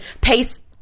pace